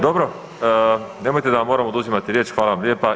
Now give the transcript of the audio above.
Dobro, nemojte da vam moram oduzimat riječ, hvala vam lijepa.